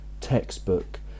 textbook